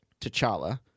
T'Challa